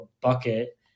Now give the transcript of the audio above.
bucket